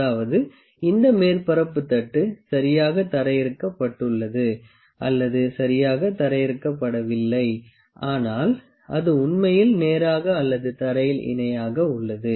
அதாவது இந்த மேற்பரப்பு தட்டு சரியாக தரையிறக்கப்பட்டுள்ளது அல்லது சரியாக தரையிறக்கப்படவில்லை ஆனால் அது உண்மையில் நேராக அல்லது தரையில் இணையாக உள்ளது